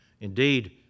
Indeed